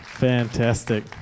Fantastic